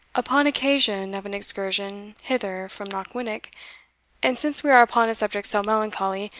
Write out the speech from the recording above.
upon occasion of an excursion hither from knockwinnock and since we are upon a subject so melancholy,